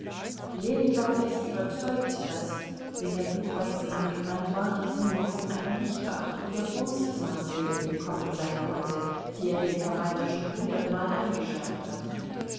ljewin war fest überzeugt daß wenn der buchweizen angebrannt war dies nur von einer nichtbeachtung der vorsichtsmaßregeln gekommen sein konnte die er dem verwalter schon hundertmal eingeschärft hatte